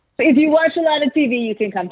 if you watch a lot of tv, you think, um